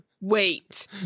wait